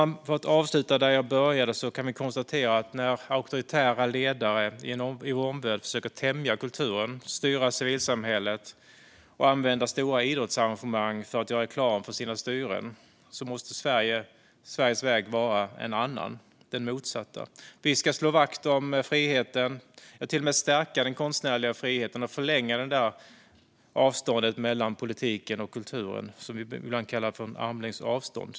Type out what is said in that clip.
För att avsluta där jag började: När auktoritära ledare i vår omvärld försöker tämja kulturen, styra civilsamhället och använda stora idrottsarrangemang för att göra reklam för sina styren måste Sveriges väg vara en annan, den motsatta. Vi ska slå vakt om friheten, stärka den konstnärliga friheten och förlänga avståndet mellan politiken och kulturen, det som vi ibland kallar för en armlängds avstånd.